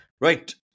right